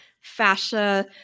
fascia